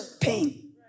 pain